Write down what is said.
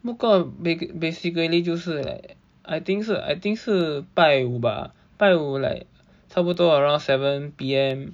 book out bas~ basically 就是 like I think 是 I think 是拜五吧拜五 like 差不多 around seven P_M